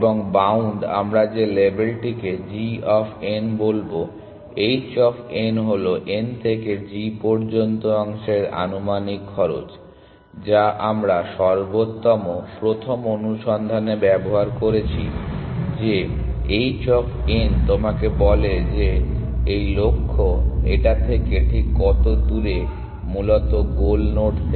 এবং বাউন্ড আমরা যে লেবেলটিকে g অফ n বলবো h অফ n হলো n থেকে g পর্যন্ত অংশের আনুমানিক খরচ যা আমরা সর্বোত্তম প্রথম অনুসন্ধানে ব্যবহার করেছি যে h অফ n তোমাকে বলে যে এই লক্ষ্য এটা থেকে ঠিক কত দূরে মূলত গোল নোড থেকে